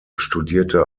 studierte